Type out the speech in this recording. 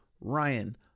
Ryan